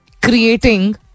Creating